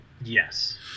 Yes